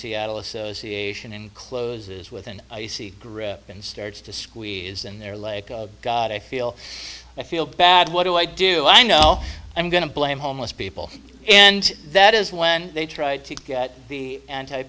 seattle association and closes with an icy grip and starts to squeeze in there like god i feel i feel bad what do i do i know i'm going to blame homeless people and that is when they tried to get the anti